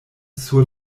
sur